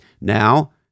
Now